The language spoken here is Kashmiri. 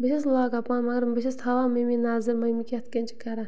بہٕ چھَس لاگان پانہٕ مگر بہٕ چھَس تھاوان مٔمی نظر مٔمی کِتھ کٔنۍ چھِ کَران